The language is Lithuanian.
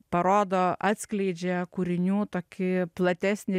parodo atskleidžia kūrinių tokį platesnį